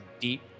deep